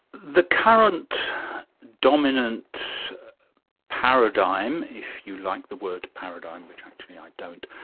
the current dominant paradigm, if you like the word paradigm, which actually i don't,